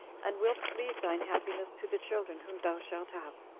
and wilt leave thine happiness to the children whom thou shalt have.